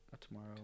tomorrow